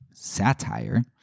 satire